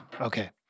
Okay